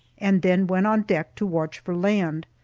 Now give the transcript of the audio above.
and then went on deck to watch for land.